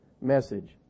message